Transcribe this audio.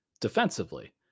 defensively